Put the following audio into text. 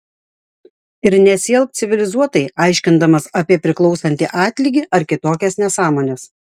ir nesielk civilizuotai aiškindamas apie priklausantį atlygį ar kitokias nesąmones